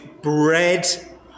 bread